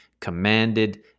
commanded